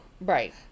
right